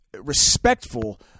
Respectful